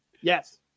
Yes